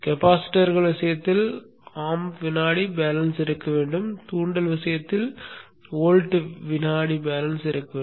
கெபாசிட்டர்கள் விஷயத்தில் ஆம்ப் வினாடி பேலன்ஸ் இருக்க வேண்டும் தூண்டல் விஷயத்தில் வோல்ட் வினாடி பேலன்ஸ் இருக்க வேண்டும்